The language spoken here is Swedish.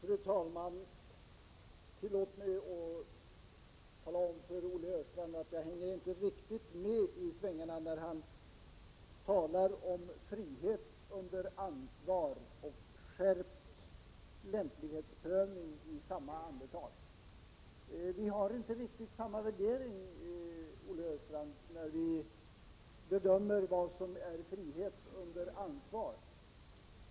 Fru talman! Tillåt mig att tala om för Olle Östrand att jag inte hänger med riktigt i svängarna, när han talar om frihet under ansvar och skärpt lämplighetsprövning i samma andetag. Vi har inte riktigt samma värdering, Olle Östrand, när vi bedömer vad som är frihet under ansvar.